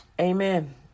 Amen